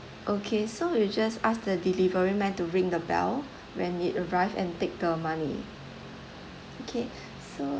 okay so we just ask the delivery man to ring the bell when it arrive and take the money okay so